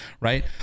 right